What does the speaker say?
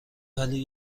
ولی